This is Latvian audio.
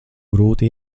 grūti